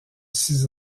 six